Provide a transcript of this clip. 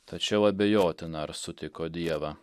tačiau abejotina ar sutiko dievą